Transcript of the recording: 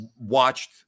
watched